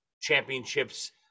championships